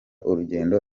urugendo